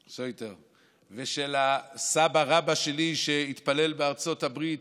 סויטר, ושל הסבא-רבא שלי, שהתפלל בארצות הברית,